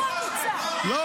הינה,